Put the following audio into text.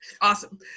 Awesome